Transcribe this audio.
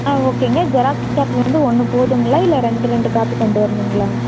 ஆ ஓகேங்க xerox copy வந்து ஒன்று போதுங்களா இல்லை ரெண்டு ரெண்டு காப்பி கொண்டு வரணுங்களா